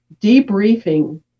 debriefing